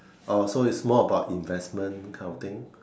ah so it's more about investment kind of thing